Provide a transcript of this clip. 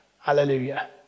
Hallelujah